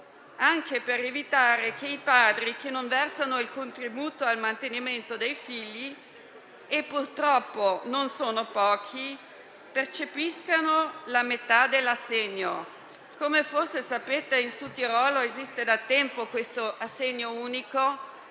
anche per evitare che i padri che non versano il contributo al mantenimento dei figli - purtroppo non sono pochi - percepiscano la metà dell'assegno. Come forse sapete, in Sudtirolo esiste da tempo questo assegno unico